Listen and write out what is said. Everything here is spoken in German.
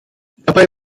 dabei